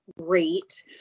great